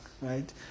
right